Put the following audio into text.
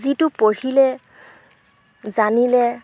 যিটো পঢ়িলে জানিলে